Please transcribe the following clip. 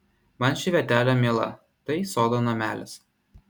man ši vietelė miela tai sodo namelis